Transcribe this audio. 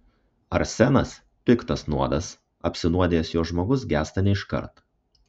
arsenas piktas nuodas apsinuodijęs juo žmogus gęsta ne iškart